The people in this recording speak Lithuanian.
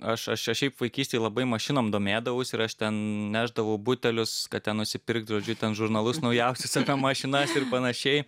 aš aš aš šiaip vaikystėj labai mašinom domėdavausi ir aš ten nešdavo butelius kad ten nusipirkt žodžiu ten žurnalus naujausius mašinas ir panašiai